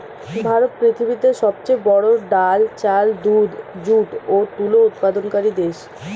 ভারত পৃথিবীতে সবচেয়ে বড়ো ডাল, চাল, দুধ, যুট ও তুলো উৎপাদনকারী দেশ